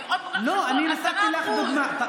לא, אני נתתי לך דוגמה.